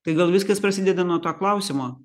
tai gal viskas prasideda nuo to klausimo